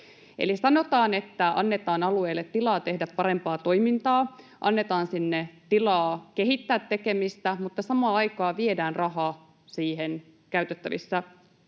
sanotaan, että annetaan alueelle tilaa tehdä parempaa toimintaa, annetaan sinne tilaa kehittää tekemistä, mutta samaan aikaan viedään rahaa siihen käyttöön pois.